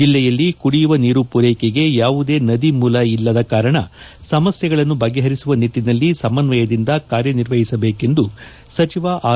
ಜಿಲ್ಲೆಯಲ್ಲಿ ಕುಡಿಯುವ ನೀರು ಪೂರೈಕೆಗೆ ಯಾವುದೇ ನದಿಮೂಲ ಇಲ್ಲದ ಕಾರಣ ಸಮಸ್ಯೆಗಳನ್ನು ಬಗೆಹರಿಸುವ ನಿಟ್ಟಿನಲ್ಲಿ ಸಮನ್ವಯದಿಂದ ಕಾರ್ಯನಿರ್ವಹಿಸಬೇಕೆಂದು ಸಚಿವ ಆರ್